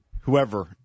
whoever